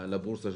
לבורסה,